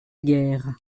guerre